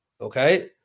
okay